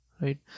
Right